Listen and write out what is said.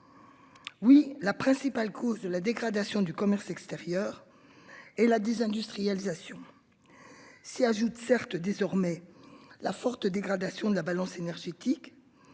Oui, la principale cause de la dégradation du commerce extérieur. Et la désindustrialisation. S'y ajoute certes désormais la forte dégradation de la balance énergétique.